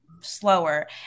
slower